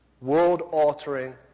world-altering